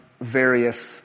various